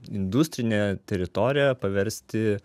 industrinę teritoriją paversti